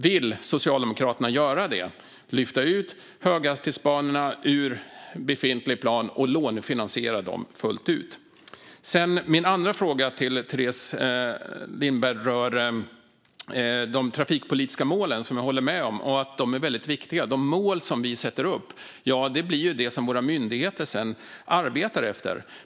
Vill Socialdemokraterna göra det - lyfta ut höghastighetsbanorna ur befintlig plan och lånefinansiera dem fullt ut? Min andra fråga till Teres Lindberg rör de trafikpolitiska målen. Jag håller med om att de är väldigt viktiga. De mål som vi sätter upp blir det som våra myndigheter sedan arbetar efter.